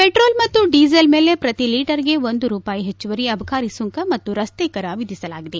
petrol ಮತ್ತು diesel ಮೇಲೆ ಪ್ರತಿ ಲೀಟರ್ಗೆ ಒಂದು ರೂಪಾಯಿ ಹೆಚ್ಚುವರಿ ಅಬಕಾರಿ ಸುಂಕ ಮತ್ತು ರಸ್ತೆ ಕರ ವಿಧಿಸಲಾಗಿದೆ